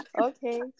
Okay